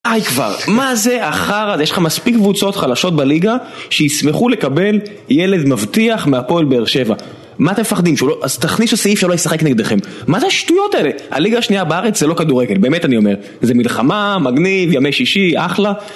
די כבר, מה זה החרא הזה? יש לך מספיק קבוצות חלשות בליגה שישמחו לקבל ילד מבטיח מהפועל באר שבע. מה אתם מפחדים? שהוא לא, אז תכניסו סעיף שלא ישחק נגדכם. מה זה השטויות האלה? הליגה השנייה בארץ זה לא כדורגל, באמת אני אומר זה מלחמה, מגניב, ימי שישי, אחלה